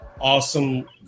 awesome